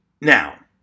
Now